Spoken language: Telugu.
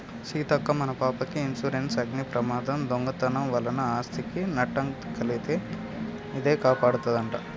సీతక్క మన పాపకి ఇన్సురెన్సు అగ్ని ప్రమాదం, దొంగతనం వలన ఆస్ధికి నట్టం తొలగితే ఇదే కాపాడదంట